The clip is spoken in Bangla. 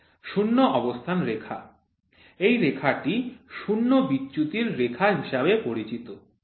শূন্য অবস্থান রেখা এই রেখাটি শূন্য বিচ্যুতির রেখা হিসাবে পরিচিত